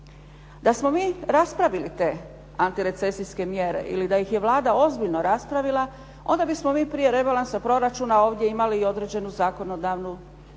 Da smo mi raspravili te antirecesijske mjere ili da ih je Vlada ozbiljno raspravila, onda bismo mi prije rebalansa proračuna ovdje imali i određenu zakonodavnu